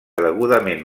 degudament